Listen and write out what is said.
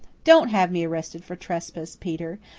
don't have me arrested for trespass, peter.